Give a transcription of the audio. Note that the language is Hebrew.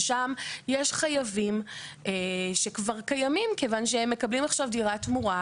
ששם יש חייבים שכבר קיימים כיוון שהם מקבלים עכשיו דירה תמורה.